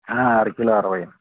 అరకిలో అరవై